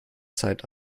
zeit